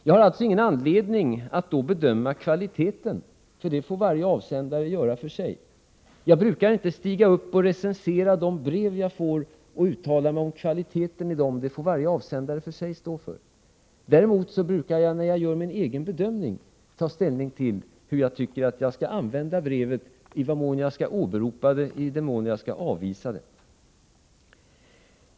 Jag har alltså ingen anledning att bedöma kvaliteten — den får varje avsändare stå för. Jag brukar inte stiga upp och recensera de brev jag får och uttala mig om kvaliteten på dem — det får varje avsändare för sig stå för. Däremot brukar jag när jag gör min egen bedömning ta ställning till hur jag skall använda brevet, i vad mån jag skall åberopa det och i vad mån jag skall avvisa innehållet i det.